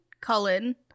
Cullen